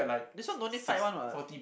this one no need fight one [what]